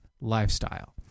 lifestyle